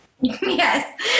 Yes